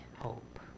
hope